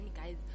guys